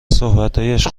صحبتهایش